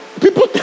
People